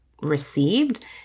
received